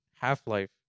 Half-Life